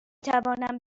توانم